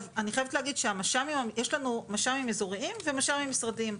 אני חייבת להגיד שיש לנו מש"מים אזוריים ומש"מיים משרדיים.